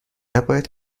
نباید